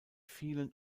vielen